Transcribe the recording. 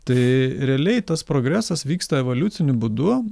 tai realiai tas progresas vyksta evoliuciniu būdu